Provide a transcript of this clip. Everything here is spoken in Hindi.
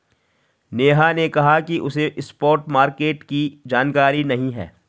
नेहा ने कहा कि उसे स्पॉट मार्केट की जानकारी नहीं है